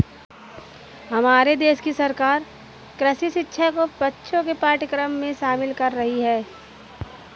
हमारे देश की सरकार कृषि शिक्षा को बच्चों के पाठ्यक्रम में शामिल कर रही है